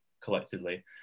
collectively